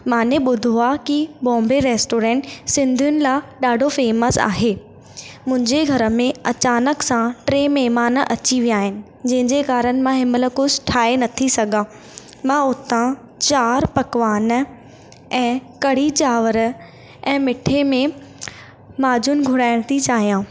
मां ॿुधो आहे की बॉम्बे रेस्टोरेंट सिंधीयुनि लाइ ॾाढो फेमस आहे मुंहिंजे घर में अचानक सां टे महिमान अची विया आहिनि जंहिंजे कारण मां हिनमहिल कुझु ठाहे नथी सघां मां हुतां चारि पकवान ऐं कढ़ी चांवर ऐं मिठे में माजून घुराइण थी चाहियां